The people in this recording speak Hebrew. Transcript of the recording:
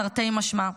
תרתי משמע.